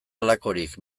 halakorik